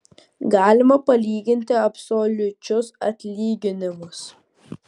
galima palyginti absoliučius atlyginimus